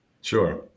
Sure